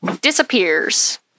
disappears